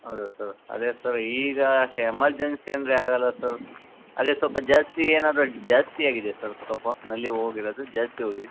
ಹೌದಾ ಸರ್ ಅದೇ ಸರ್ ಈಗ ಎಮರ್ಜೇನ್ಸಿ ಅಂದರೆ ಆಗಲ್ಲಾ ಸರ್ ಅದೇ ಸ್ವಲ್ಪ ಜಾಸ್ತಿ ಏನಾರು ಜಾಸ್ತಿ ಆಗಿದೆಯಾ ಸರ್ ಸ್ವಲ್ಪ ನಲ್ಲಿ ಹೋಗಿರೋದು ಜಾಸ್ತಿ ಹೋಗಿದ್ಯಾ